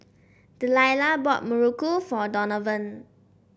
Delilah bought Muruku for Donovan